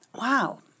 wow